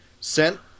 sent